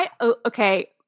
Okay